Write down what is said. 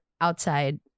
outside